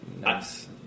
nice